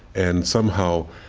and somehow,